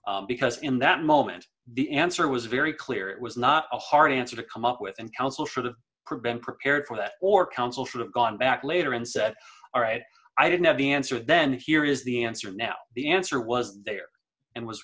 d because in that moment the answer was very clear it was not a hard answer to come up with and counsel for the prevent prepared for that or counsel should have gone back later and said all right i didn't have the answer then here is the answer now the answer was there and was